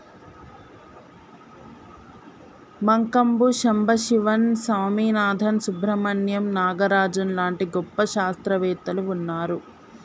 మంకంబు సంబశివన్ స్వామినాధన్, సుబ్రమణ్యం నాగరాజన్ లాంటి గొప్ప శాస్త్రవేత్తలు వున్నారు